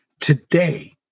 Today